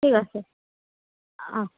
ঠিক আছে অঁ